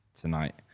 tonight